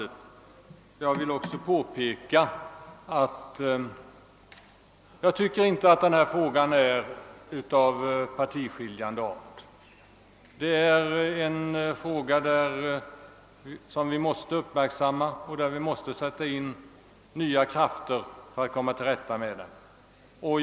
Jag vill också påpeka att detta ärende enligt min mening inte är av partiskiljande art. Vi måste alla uppmärksamma denna fråga, och vi måste sätta in nya krafter för att komma till ett resultat.